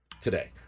today